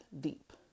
deep